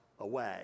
away